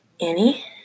Annie